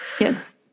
Yes